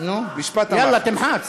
תמחץ